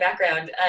background